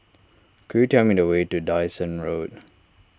could you tell me the way to Dyson Road